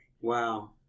Wow